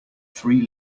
three